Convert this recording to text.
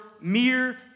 mere